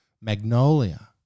Magnolia